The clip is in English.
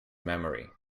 memory